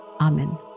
Amen